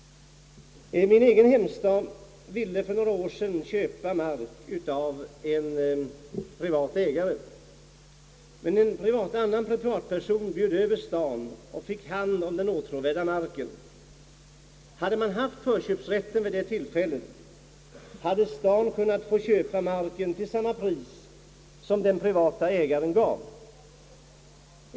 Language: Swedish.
Min egen hemstad ville för några år sedan köpa mark av en privat ägare. En annan privatperson bjöd emellertid över staden och fick hand om den åtråvärda marken. Hade man haft förköpsrätt vid det tillfället, hade staden kunnat få köpa marken till samma pris som denne privatperson fick betala.